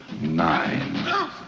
nine